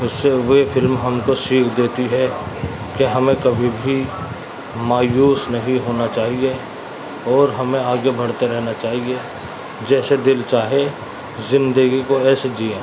اس سے وہی فلم ہم کو سیکھ دیتی ہے کہ ہمیں کبھی بھی مایوس نہیں ہونا چاہیے اور ہمیں آگے بڑھتے رہنا چاہیے جیسے دل چاہے زندگی کو ایسے جئے